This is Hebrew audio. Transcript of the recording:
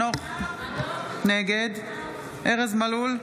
נגד ארז מלול,